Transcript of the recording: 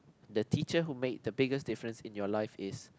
the teacher who made the biggest difference in your life is